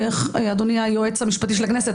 אדוני היועץ המשפטי של הכנסת.